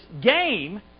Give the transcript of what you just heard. game